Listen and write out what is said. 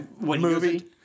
Movie